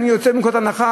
אני יוצא מנקודת הנחה,